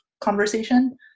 conversation